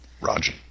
Roger